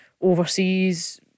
overseas